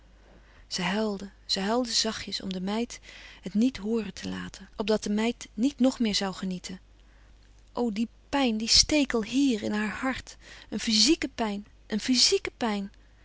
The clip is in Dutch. zij huilde zij huilde zachtjes om de meid het niet hooren te laten opdat de meid niet nog meer zoû genieten o die pijn die stekel hier in haar hart een fyzieke pijn een fyzieke pijn